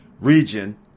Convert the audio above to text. region